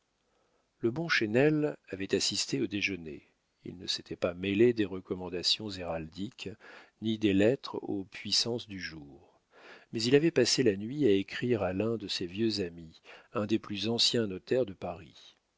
le bon chesnel avait assisté au déjeuner il ne s'était pas mêlé des recommandations héraldiques ni des lettres aux puissances du jour mais il avait passé la nuit à écrire à l'un de ses vieux amis un des plus anciens notaires de paris